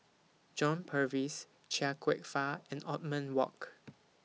John Purvis Chia Kwek Fah and Othman Wok